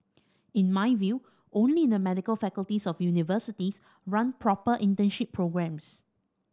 in my view only the medical faculties of universities run proper internship programmes